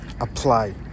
apply